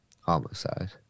homicide